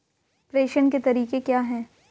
प्रेषण के तरीके क्या हैं?